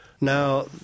Now